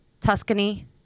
Tuscany